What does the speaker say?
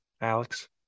Alex